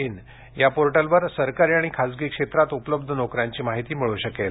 in ह्या पोर्टलवर सरकारी आणि खाजगी क्षेत्रात उपलब्ध नोकऱ्यांची माहिती मिळू शकेल